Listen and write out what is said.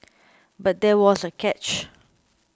but there was a catch